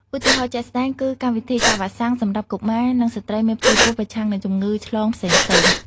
ឧទាហរណ៍ជាក់ស្តែងគឺ កម្មវិធីចាក់វ៉ាក់សាំង សម្រាប់កុមារ និងស្ត្រីមានផ្ទៃពោះប្រឆាំងនឹងជំងឺឆ្លងផ្សេងៗ។